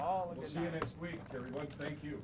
th thank you